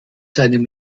seinem